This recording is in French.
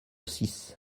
six